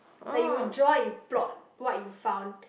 like you draw and you plot what you found